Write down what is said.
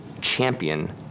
champion